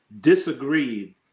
disagreed